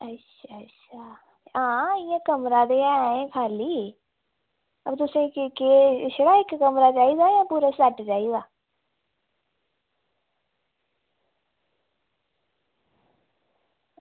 अच्छा अच्छा हां इ'यां कमरा ते ऐ खा'ल्ली ओह्दे च केह् छड़ा इक कमरा चाहिदा जां पूरा सैट्ट चाहिदा